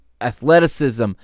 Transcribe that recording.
athleticism